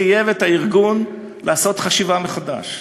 הוא חייב את הארגון לעשות חשיבה מחדש.